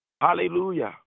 Hallelujah